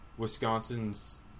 Wisconsin's